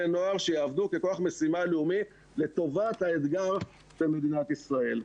נוער שיעבדו ככוח משימה לאומי לטובת האתגר של מדינת ישראל.